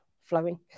flowing